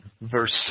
verse